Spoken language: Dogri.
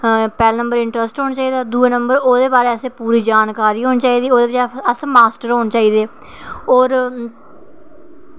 पैह्ले नंबर इंटरस्ट होना चाहिदा दूऐ नंबर पूरी जानकारी होनी चाहिदी अस मास्टर होने चाहिदे होर